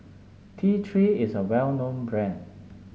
T Three is a well known brand